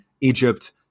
Egypt